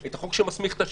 את החוק שמסמיך את השב"כ.